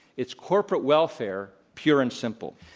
it's corporate welfare, pure and simple.